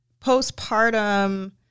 postpartum